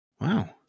Wow